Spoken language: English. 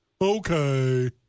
okay